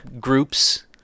groups